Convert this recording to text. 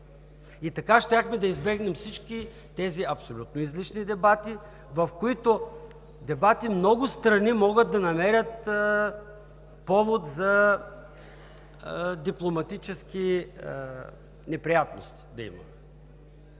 И така щяхме да избегнем всички тези абсолютно излишни дебати, в които дебати много страни могат да намерят повод да имаме дипломатически неприятности. По тази